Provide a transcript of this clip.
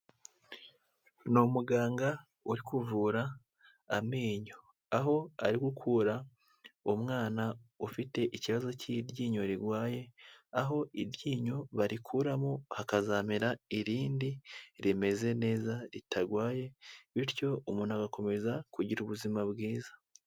Ni umuganga uri kuvura amenyo aho ari gukura umwana ufite ikibazo cy'iryinyo rirwaye. Aho iryinyo barikuramo hakazamera irindi rimeze neza ritarwaye bityo umuntu agakomeza kugira ubuzima bwiza.